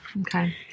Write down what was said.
Okay